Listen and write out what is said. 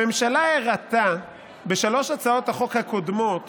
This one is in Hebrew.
הממשלה הראתה בשלוש הצעות החוק הקודמות